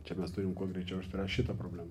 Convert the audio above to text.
čia mes turim kuo greičiau išspręst šitą problemą